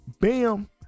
bam